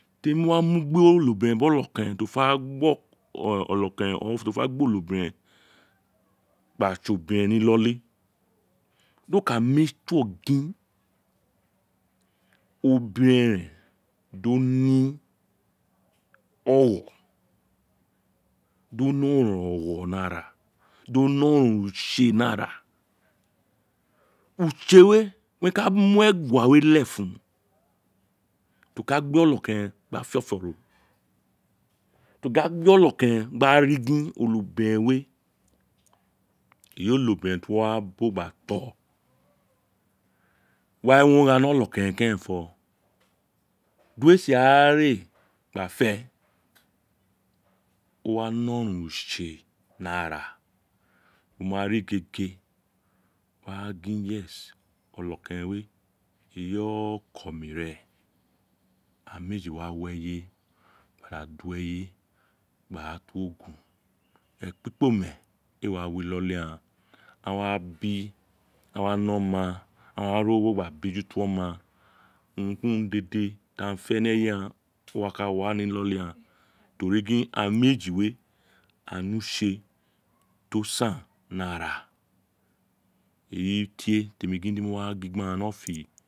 Temi wa wa mu gbi onobiren owun bi onokeren ti o fe gba onokeren bi onobiren gba tse, obiren ni iloli do ka gin obiren ren di o ni ogho di o ne ni lara do né oronron utse ni ara ghaan o wa ka wa ni iloli ghaan to ri gin aghaan meji we aghaan ni utse ti o san ni ara eyi tie ti mo gin de mi wa gin bi aghaan ni ofo we.